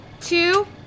two